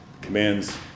Commands